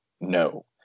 no